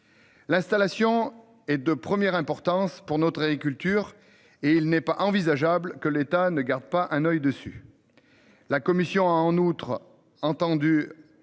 L'installation est de première importance pour notre agriculture, et il n'est pas envisageable que l'État ne garde pas un oeil dessus. La commission a en outre entendu.